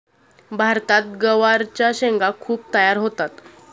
भारतात गवारच्या शेंगा खूप तयार होतात